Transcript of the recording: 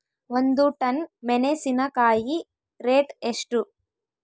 ಒಂದು ಟನ್ ಮೆನೆಸಿನಕಾಯಿ ರೇಟ್ ಎಷ್ಟು?